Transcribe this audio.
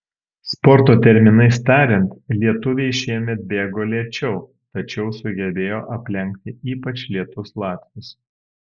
sporto terminais tariant lietuviai šiemet bėgo lėčiau tačiau sugebėjo aplenkti ypač lėtus latvius